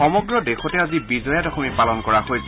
সমগ্ৰ দেশতে আজি বিজয়া দশমী পালন কৰা হৈছে